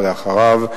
אחריו,